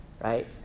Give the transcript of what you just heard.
right